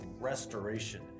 restoration